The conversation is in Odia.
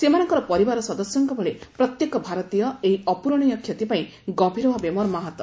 ସେମାନଙ୍କର ପରିବାର ସଦସ୍ୟଙ୍କ ଭଳି ପ୍ରତ୍ୟେକ ଭାରତୀୟ ଏହି ଅପ୍ରରଣୀୟ କ୍ଷତି ପାଇଁ ଗଭୀରଭାବେ ମର୍ମାହତ